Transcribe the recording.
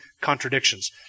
contradictions